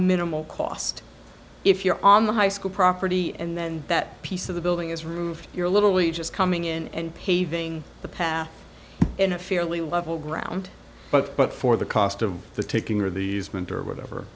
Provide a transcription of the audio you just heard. minimal cost if you're on the high school property and then that piece of the building is removed you're literally just coming in and paving the path in a fairly level ground but but for the cost of the taking of these winter whatever